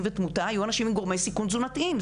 ותמותה היו אנשים עם גורמי סיכון תזונתיים,